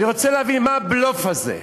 אני רוצה להבין מה הבלוף הזה.